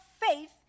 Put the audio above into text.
faith